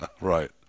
Right